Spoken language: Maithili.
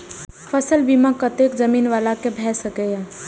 फसल बीमा कतेक जमीन वाला के भ सकेया?